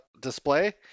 display